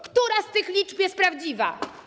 Która z tych liczb jest prawdziwa?